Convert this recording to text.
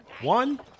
One